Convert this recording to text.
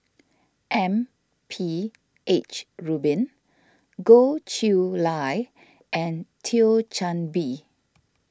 M P H Rubin Goh Chiew Lye and Thio Chan Bee